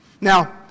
Now